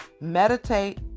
meditate